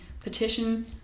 Petition